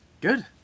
Good